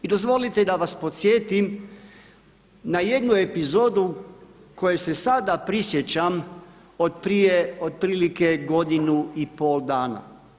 I dozvolite da vas podsjetim na jednu epizodu koje se sada prisjećam od prije otprilike godinu i pol dana.